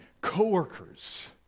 coworkers